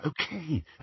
Okay